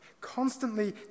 constantly